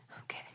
Okay